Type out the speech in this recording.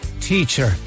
teacher